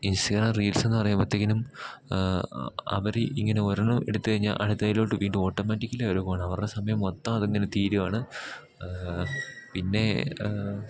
Instagram reels എന്നു പറയുമ്പോഴത്തേക്കും അവർ ഇങ്ങനെ ഒരെണ്ണം എടുത്ത് കഴിഞ്ഞാൽ അടുത്തതിലോട്ട് വീണ്ടു ഓട്ടോമാറ്റിക്കലി വരവാണ് അവരുടെ സമയം മൊത്തം അതിങ്ങനെ തീരുവാണ് പിന്നെ